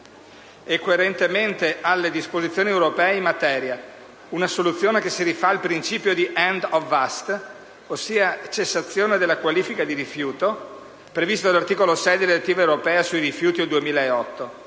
e coerentemente con le disposizioni europee in materia. È una soluzione che si rifà al principio dell'*end of waste*, ossia alla cessazione della qualifica di rifiuto prevista dall'articolo 6 della direttiva europea sui rifiuti del 2008,